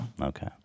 Okay